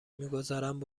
میگذارند